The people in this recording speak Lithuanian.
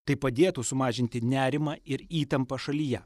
tai padėtų sumažinti nerimą ir įtampą šalyje